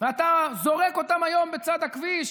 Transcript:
ואתה זורק אותם היום בצד הכביש.